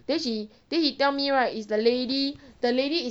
then she then he tell me right it's the lady the lady is